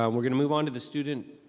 um we're gonna move on to the student,